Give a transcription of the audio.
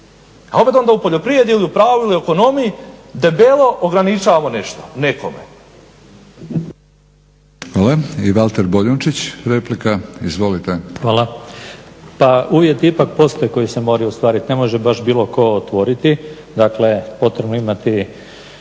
A opet onda u poljoprivredi ili u pravu ili ekonomiji debelo ograničavamo nešto nekome.